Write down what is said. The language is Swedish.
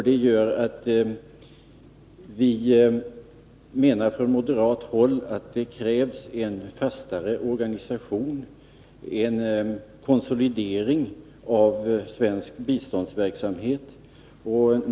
Detta gör att vi från moderat håll menar att det krävs en fastare organisation, en konsolidering, av svensk biståndsverksamhet.